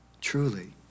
truly